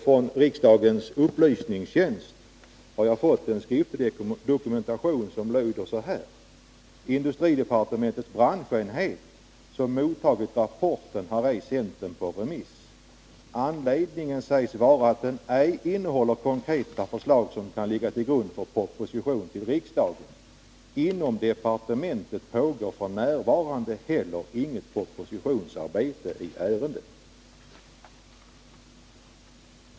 Från riksdagens upplysningstjänst har jag fått en skriftlig dokumentation som lyder så här: Industridepartementets branschenhet, som mottagit rapporten, har ej sänt den på remiss. Anledningen sägs vara att den ej innehåller konkreta förslag som kan ligga till grund för proposition till riksdagen. Inom departementet pågår f. n. heller inget propositionsarbete i ärendet.